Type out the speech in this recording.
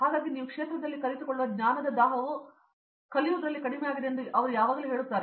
ಹಾಗಾಗಿ ನೀವು ಕ್ಷೇತ್ರದಲ್ಲಿ ಕಲಿತುಕೊಳ್ಳುವ ಜ್ಞಾನದ ದಾಹವು ಕಲಿಯುವದರಲ್ಲಿ ಕಡಿಮೆಯಾಗಿದೆ ಎಂದು ಅವರು ಯಾವಾಗಲೂ ಹೇಳುತ್ತಾರೆ